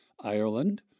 Ireland